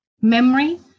memory